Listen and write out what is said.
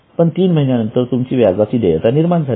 पण तीन महिन्यानंतर तुमची व्याजाची देयता निर्माण झाली